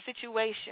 situation